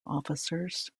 officers